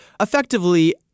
effectively